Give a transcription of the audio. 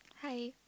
hi